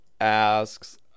asks